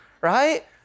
right